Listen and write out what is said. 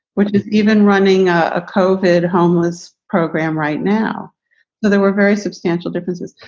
which is even running a kofod homeless program right now. so there were very substantial differences.